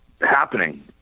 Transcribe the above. happening